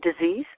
disease